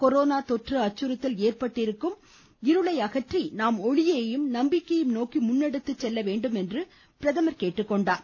corona தொற்று அச்சுறுத்தல் ஏற்பட்டிருக்கும் இருளை அகற்றி நாம் ஒளியையும் நம்பிக்கையையும் நோக்கி முன்னெடுத்துச்செல்ல வேண்டும் என்றும் பிரதமர் கேட்டுக்கொண்டார்